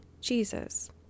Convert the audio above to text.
Jesus